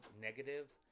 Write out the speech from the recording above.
negative